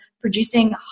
producing